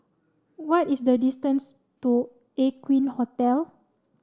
what is the distance to Aqueen Hotel